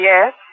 Yes